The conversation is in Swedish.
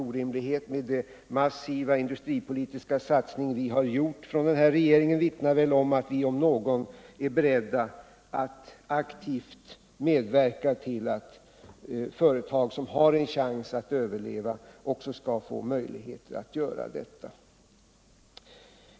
Den massiva industripolitiska satsning vi har gjort från regeringen vittnar väl om att vi om någon är beredda att aktivt medverka till att företag som har en chans att överleva också skall få möjligheter att göra detta.